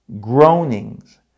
groanings